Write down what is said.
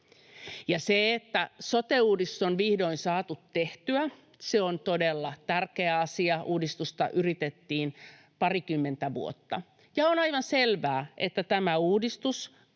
se, että sote-uudistus on vihdoin saatu tehtyä, on todella tärkeä asia. Uudistusta yritettiin parikymmentä vuotta, ja on aivan selvää, että tämä uudistus